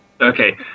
Okay